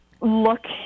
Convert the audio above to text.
look